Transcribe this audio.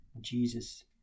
Jesus